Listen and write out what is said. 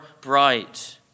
bright